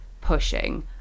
pushing